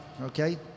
Okay